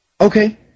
okay